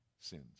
sins